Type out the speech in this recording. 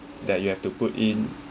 that you have to put in